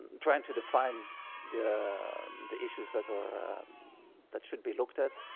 trying to define the the issues that are that should be looked at,